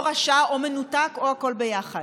רשע או מנותק או הכול ביחד.